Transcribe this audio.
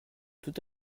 tout